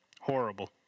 horrible